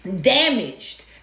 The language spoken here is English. damaged